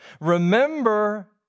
Remember